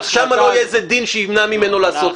שם לא יהיה איזה דין שימנע ממנו לעשות את זה?